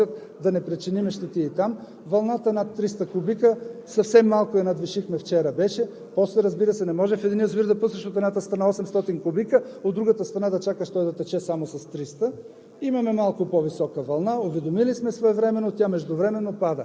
своевременно Гърция. Не да настъпи събитието, а предварително, за да се подготвят да не причиним щети. И там вълната е над 300 кубика – съвсем малко я надвишихме вчера. После, разбира се, не може в един язовир да пуснеш от едната страна 800 кубика, от другата страна да чакаш той да тече само с 300.